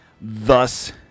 Thus